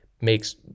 makes